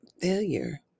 failure